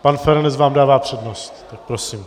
Pan Feranec vám dává přednost, tak prosím.